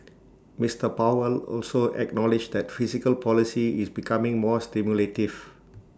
Mister powell also acknowledged that fiscal policy is becoming more stimulative